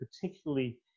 particularly